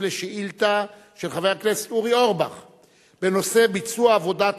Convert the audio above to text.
על שאילתא של חבר הכנסת אורי אורבך בנושא: ביצוע עבודות